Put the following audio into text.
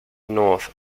north